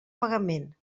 pagament